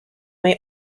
may